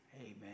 Amen